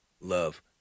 love